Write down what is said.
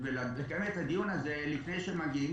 אפשר לתכנן דברים מראש ולקיים את הדיון הזה לפני שהם מגיעים,